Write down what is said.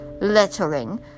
lettering